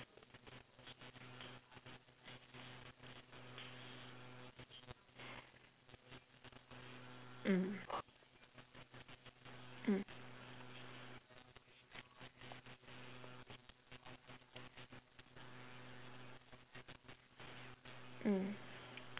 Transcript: mm mm mm